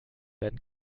werden